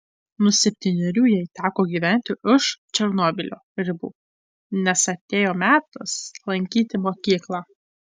nuo septynerių jai teko gyventi už černobylio ribų nes atėjo metas lankyti mokyklą